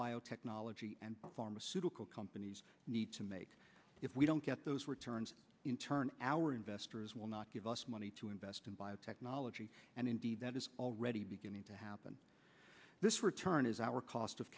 biotechnology and pharmaceutical companies need to make if we don't get those returns in turn our investors will not give us money to invest in biotechnology and indeed that is already beginning to happen this return is our cost of